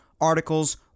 articles